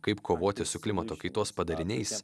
kaip kovoti su klimato kaitos padariniais